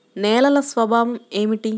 నేలల స్వభావం ఏమిటీ?